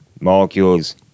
molecules